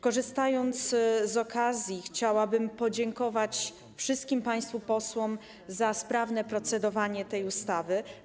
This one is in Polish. Korzystając z okazji, chciałabym podziękować wszystkim państwu posłom za sprawne procedowanie nad tą ustawą.